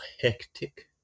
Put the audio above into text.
hectic